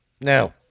no